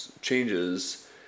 changes